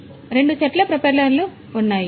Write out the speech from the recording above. కాబట్టి రెండు సెట్ల ప్రొపెల్లర్లు ఉన్నాయి